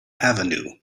avenue